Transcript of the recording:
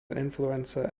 influenza